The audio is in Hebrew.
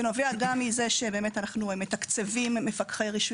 זה נובע גם מזה שבאמת אנחנו מתקצבים תקנים